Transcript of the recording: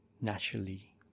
naturally